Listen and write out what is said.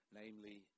namely